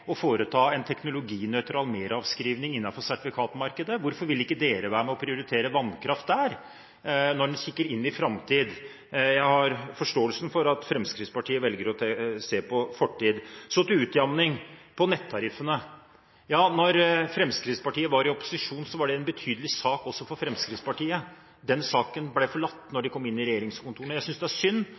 prioritere vannkraft der, når en kikker inn i framtiden? Jeg har forståelse for at Fremskrittspartiet velger å se på fortiden. Så til utjevning av nettariffene: Da Fremskrittspartiet var i opposisjon, var det en betydelig sak også for Fremskrittspartiet. Den saken ble forlatt da de kom inn i regjeringskontorene. Jeg synes det er synd